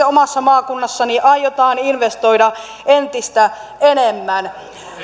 omassa maakunnassani aiotaan investoida entistä enemmän